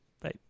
bye